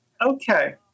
Okay